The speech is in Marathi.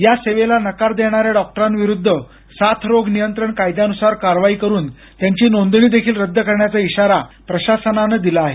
या सेवेला नकार देणाऱ्या डॉक्टरांविरुद्ध साथरोग नियंत्रण कायद्यानुसार कारवाई करून त्यांची नोंदणी देखील रद्द करण्याचा इशारा प्रशासनानं दिला आहे